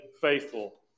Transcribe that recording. faithful